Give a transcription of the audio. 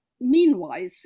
meanwhile